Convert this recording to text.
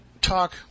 talk